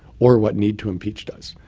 or what need to impeach does.